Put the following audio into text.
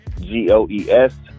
G-O-E-S